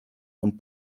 und